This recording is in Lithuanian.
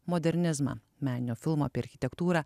modernizmą meninio filmo apie architektūrą